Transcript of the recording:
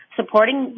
supporting